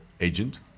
agent